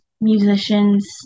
musicians